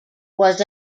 was